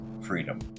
freedom